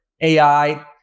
AI